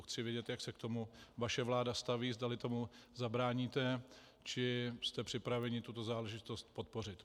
Chci vědět, jak se k tomu vaše vláda staví, zdali tomu zabráníte, či jste připraveni tuto záležitost podpořit.